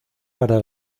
para